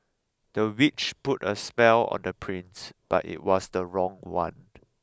the witch put a spell on the prince but it was the wrong one